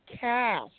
cash